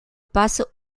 passent